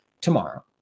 tomorrow